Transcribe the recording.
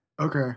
Okay